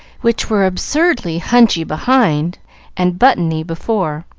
which were absurdly hunchy behind and buttony before.